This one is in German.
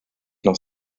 noch